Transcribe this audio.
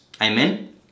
Amen